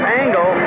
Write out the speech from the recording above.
angle